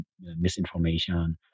misinformation